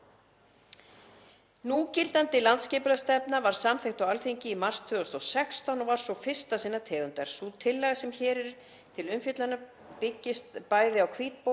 Núgildandi landsskipulagsstefna var samþykkt á Alþingi í mars árið 2016 og var sú fyrsta sinnar tegundar. Sú tillaga sem hér er til umfjöllunar byggist bæði á hvítbók